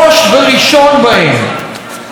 המפיק המוביל,